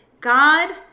God